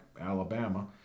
Alabama